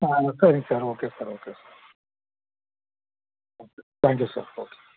ஆ சரிங்க sir okay sir okay sir thank you thank you sir okay